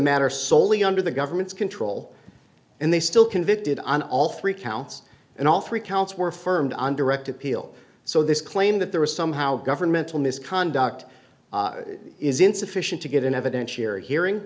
matter soley under the government's control and they still convicted on all three counts and all three counts were firmed on direct appeal so this claim that there was somehow governmental misconduct is insufficient to get an evidentiary hearing